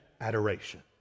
adoration